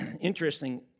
Interesting